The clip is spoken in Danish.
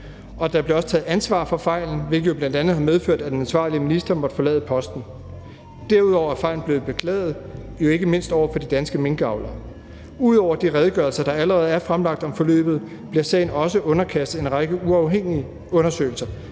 Der bliver også taget ansvar for fejlen, hvilket jo bl.a. har medført, at den ansvarlige minister måtte forlade posten. Derudover er fejlen blevet beklaget, jo ikke mindst over for de danske minkavlere. Ud over de redegørelser, der allerede er fremlagt om forløbet, bliver sagen også underkastet en række uafhængige undersøgelser,